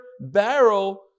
barrel